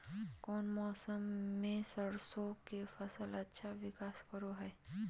कौन मौसम मैं सरसों के फसल अच्छा विकास करो हय?